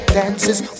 dances